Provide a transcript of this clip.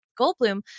Goldblum